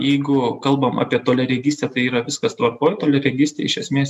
jeigu kalbam apie toliaregystę tai yra viskas tvarkoj toliaregystė iš esmės